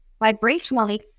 vibrationally